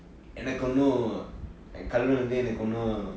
எனக்கொன்னு கடவுள் வந்து எனக்கொன்னு:enakkonnu kadavul vanthu enakkonnu